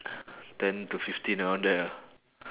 ten to fifteen around there ah